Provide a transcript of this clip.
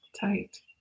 tight